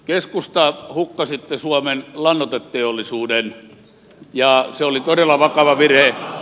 keskusta hukkasitte suomen lannoiteteollisuuden ja se oli todella vakava virhe